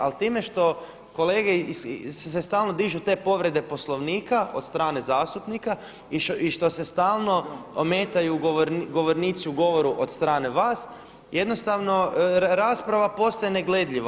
Ali time što kolege se stalno dižu te povrede Poslovnika od strane zastupnika i što se stalno ometaju govornici u govoru od strane vas jednostavno rasprava postaje negledljiva.